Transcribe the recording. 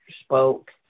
spoke